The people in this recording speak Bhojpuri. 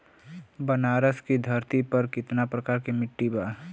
बनारस की धरती पर कितना प्रकार के मिट्टी बा?